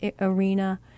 arena